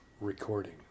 recording